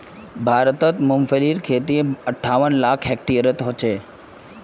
भारतत मूंगफलीर खेती अंठावन लाख हेक्टेयरत ह छेक